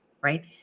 right